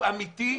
הוא אמיתי.